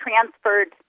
transferred